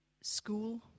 school